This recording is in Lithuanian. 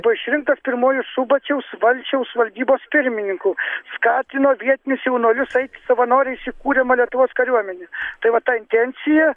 buvo išrinktas pirmuoju subačiaus valsčiaus valdybos pirmininku skatino vietinius jaunuolius eit savanoriais į kuriamą lietuvos kariuomenę tai va ta intencija